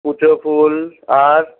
কুঁচো ফুল আর